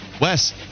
Wes